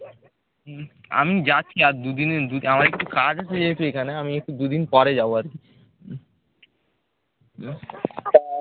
হুম আমি যাচ্ছি আর দু দিনের দু দিন আমার একটু কাজ আছে যেহেতু এখানে আমি একটু দু দিন পরে যাবো আর কি